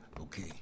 Okay